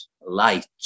light